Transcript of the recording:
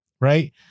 Right